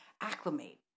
acclimate